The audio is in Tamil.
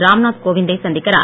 ராம்நாத் கோவிந்தை சந்திக்கிறார்